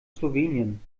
slowenien